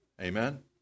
Amen